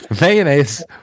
Mayonnaise